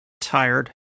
tired